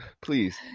please